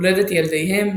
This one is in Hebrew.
הולדת ילדיהם,